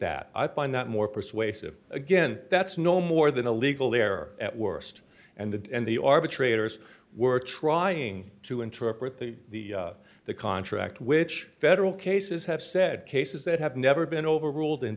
that i find that more persuasive again that's no more than a legal error at worst and that and the arbitrators were trying to interpret the the contract which federal cases have said cases that have never been overruled in